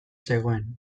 zegoen